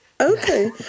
Okay